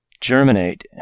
germinate